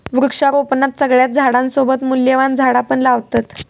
वृक्षारोपणात सगळ्या झाडांसोबत मूल्यवान झाडा पण लावतत